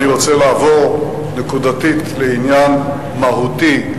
אני רוצה לעבור נקודתית לעניין מהותי,